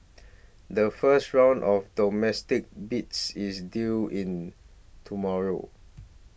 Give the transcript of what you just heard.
the first round of domestic bids is due in tomorrow